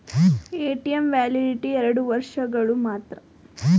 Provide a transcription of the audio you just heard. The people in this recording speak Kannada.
ಎ.ಟಿ.ಎಂ ವ್ಯಾಲಿಡಿಟಿ ಎರಡು ವರ್ಷಗಳು ಮಾತ್ರ